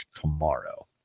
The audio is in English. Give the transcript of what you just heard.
tomorrow